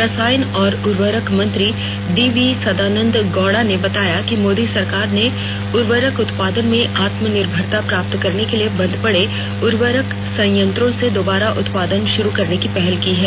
रसायन और उर्वरक मंत्री डी वी सदानंद गौड़ा ने बताया कि मोदी सरकार ने उर्वरक उत्पादन में आत्मनिर्भरता प्राप्त करने के लिए बंद पड़े उर्वरक संयंत्रों से दोबारा उत्पादन शुरू करने की पहल की है